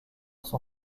son